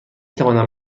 توانم